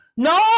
No